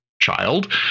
child